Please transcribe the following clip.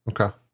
Okay